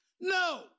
No